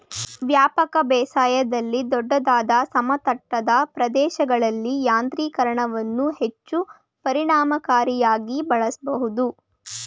ವ್ಯಾಪಕ ಬೇಸಾಯದಲ್ಲಿ ದೊಡ್ಡದಾದ ಸಮತಟ್ಟಾದ ಪ್ರದೇಶಗಳಲ್ಲಿ ಯಾಂತ್ರೀಕರಣವನ್ನು ಹೆಚ್ಚು ಪರಿಣಾಮಕಾರಿಯಾಗಿ ಬಳಸ್ಬೋದು